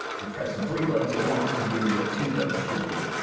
you're pressing three buttons at once to do what two buttons should do.